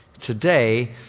today